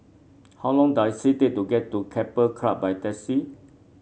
how long does it take to get to Keppel Club by taxi